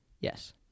Yes